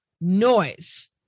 noise